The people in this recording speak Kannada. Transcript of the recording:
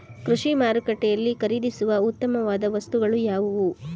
ಕೃಷಿ ಮಾರುಕಟ್ಟೆಯಲ್ಲಿ ಖರೀದಿಸುವ ಉತ್ತಮವಾದ ವಸ್ತುಗಳು ಯಾವುವು?